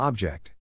Object